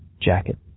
jacket